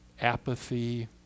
apathy